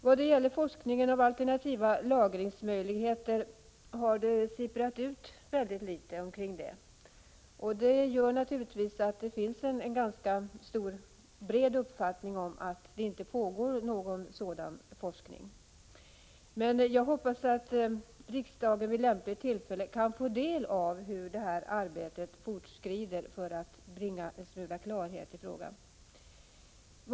Vad gäller forskningen om alternativa lagringsmöjligheter har det sipprat ut väldigt litet. Det gör naturligtvis att det finns en utbredd uppfattning att det inte pågår någon sådan forskning. Jag hoppas ändå att riksdagen vid lämpligt tillfälle kan få del av hur arbetet fortskrider, så att det bringas klarhet i frågan.